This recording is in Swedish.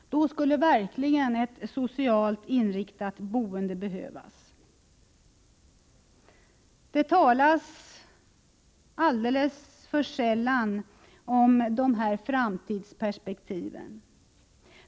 Då skulle verkligen ett socialt inriktat boende behövas. Det talas alldeles för sällan om de här framtidsperspektiven.